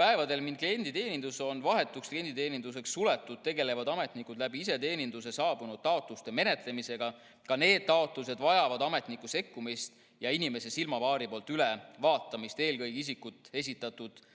Päevadel, mil klienditeenindus on vahetuks klienditeeninduseks suletud, tegelevad ametnikud iseteeninduse kaudu saabunud taotluste menetlemisega. Ka need taotlused vajavad ametniku sekkumist ja inimese silmapaari poolt ülevaatamist, eelkõige isiku esitatud foto